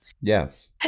Yes